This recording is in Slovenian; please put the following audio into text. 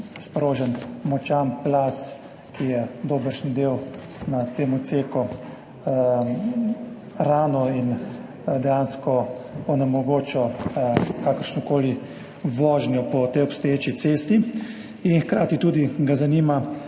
sprožen močan plaz, ki je dobršen del na tem odseku ranil in dejansko onemogoča kakršnokoli vožnjo po tej obstoječi cesti. Hkrati ga zanima